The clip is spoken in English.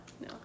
No